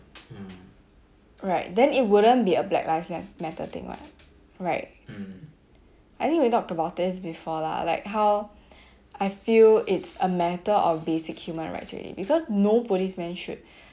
right then it wouldn't be a black lives matter thing what right I think we talked about this before lah like how I feel it's a matter of basic human rights already because no police men should